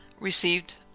received